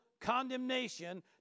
condemnation